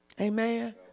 Amen